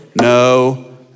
no